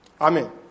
Amen